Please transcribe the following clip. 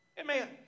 Amen